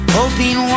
Hoping